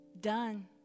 done